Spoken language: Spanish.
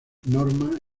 norma